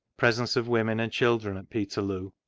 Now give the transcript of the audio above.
presence of women and children at peterloo.